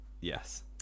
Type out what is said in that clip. Yes